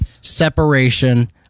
Separation